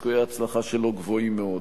ושסיכויי ההצלחה שלו גבוהים מאוד.